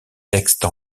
textes